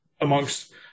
amongst